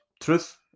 truth